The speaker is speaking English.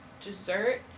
dessert